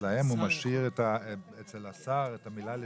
שאצל השר הוא משאיר את המילה 'לשנות',